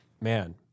man